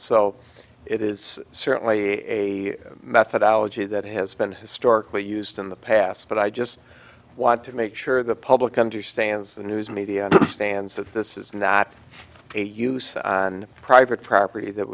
so it is certainly a methodology that has been historically used in the past but i just want to make sure the public understands the news media stands that this is not a use on private property that